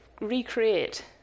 recreate